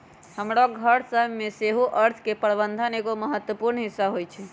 हमरो घर सभ में सेहो अर्थ के प्रबंधन एगो महत्वपूर्ण हिस्सा होइ छइ